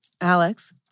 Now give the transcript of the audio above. Alex